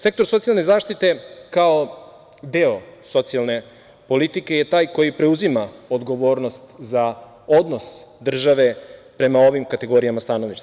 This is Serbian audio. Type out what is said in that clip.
Sektor socijalne zaštite kao deo socijalne politike je taj koji preuzima odgovornost za odnos države prema ovim kategorijama stanovništva.